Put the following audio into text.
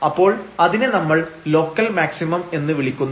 അപ്പോൾ അതിനെ നമ്മൾ ലോക്കൽ മാക്സിമം എന്ന് വിളിക്കുന്നു